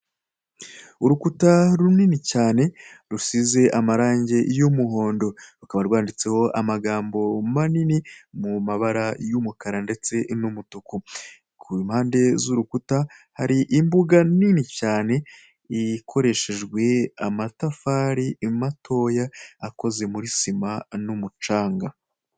Urukuta runini cyane rusize amarangi y'umuhondo, rukaba rwanditseho amagambo manini mu mabara y'umukara, ndetse n'umutuku ku mpande z'urukuta hari imbuga nini cyane, ikoreshejwe amatafari imatoya akoze muri sima n'umucanga.